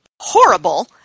horrible